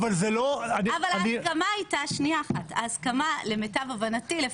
אבל ההסכמה למיטב הבנתי לפחות,